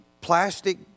plastic